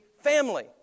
family